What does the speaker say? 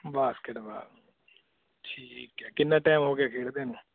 basketball ਠੀਕ ਹੈ ਕਿੰਨਾ ਟਾਈਮ ਹੋ ਗਿਆ ਖੇਡਦਿਆਂ ਨੂੰ